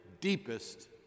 deepest